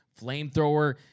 flamethrower